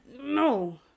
no